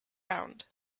round